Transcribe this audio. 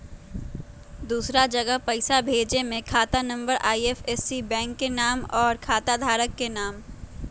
दूसरा जगह पईसा भेजे में खाता नं, आई.एफ.एस.सी, बैंक के नाम, और खाता धारक के नाम?